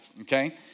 okay